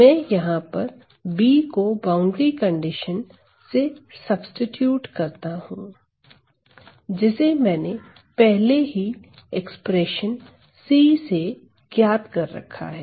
मैं यहां पर B को बाउंड्री कंडीशन से सब्सीट्यूट करता हूं जिसे मैंने पहले ही एक्सप्रेशन C से ज्ञात कर रखा है